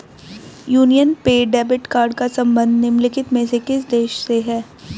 Union पे debit card का संबंध निम्नलिखित में से किस देश से है?